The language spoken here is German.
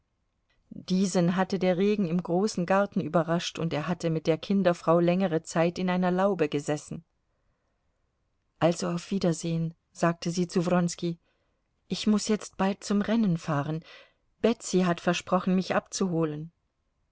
diesen hatte der regen im großen garten überrascht und er hatte mit der kinderfrau längere zeit in einer laube gesessen also auf wiedersehen sagte sie zu wronski ich muß jetzt bald zum rennen fahren betsy hat versprochen mich abzuholen